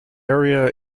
area